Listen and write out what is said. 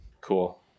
Cool